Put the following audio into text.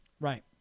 Right